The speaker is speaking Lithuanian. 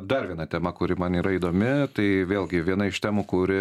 dar viena tema kuri man yra įdomi tai vėlgi viena iš temų kuri